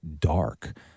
dark